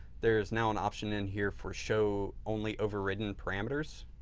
there is now an option in here for show only overridden parameters.